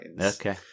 Okay